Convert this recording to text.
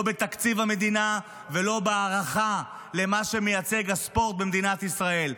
לא בתקציב המדינה ולא בהערכה למה שמייצג הספורט במדינת ישראל.